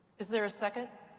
is there a second?